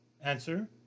Answer